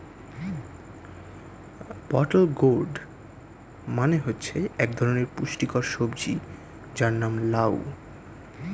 বোতল গোর্ড মানে হচ্ছে এক ধরনের পুষ্টিকর সবজি যার নাম লাউ